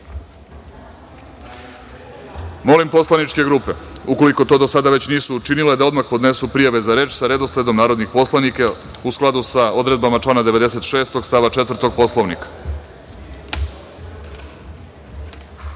Vlade. Molim poslaničke grupe, ukoliko to do sada već nisu učinile, da odmah podnesu prijave za reč sa redosledom narodnih poslanika u skladu sa odredbama člana 96. stav 4. Poslovnika. Saglasno